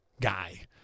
guy